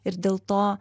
ir dėl to